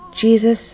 Jesus